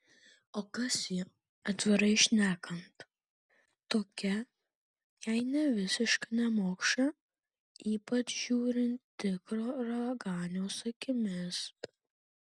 o kas ji atvirai šnekant tokia jei ne visiška nemokša ypač žiūrint tikro raganiaus akimis